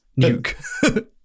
nuke